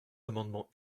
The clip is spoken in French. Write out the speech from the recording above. amendements